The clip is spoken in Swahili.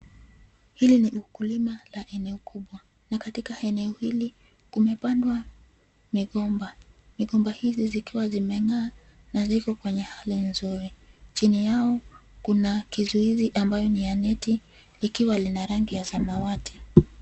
Hili ni ukulima la eneo kubwa, na katika eneo hili, kumepandwa, migomba, migomba hizi zikiwa zimeng'aa, na ziko kwenye hali nzuri, chini yao, kuna kizuizi ambayo ni ya neti, likiwa lina rangi ya samawati.